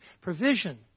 provision